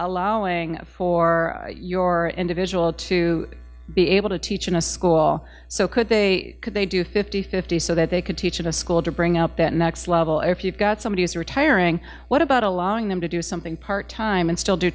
allowing for your individual to be able to teach in a school so could they could they do fifty fifty so that they could teach at a school to bring up that next level if you've got somebody who's retiring what about allowing them to do something part time and still do